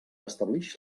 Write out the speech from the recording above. establix